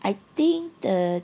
I think the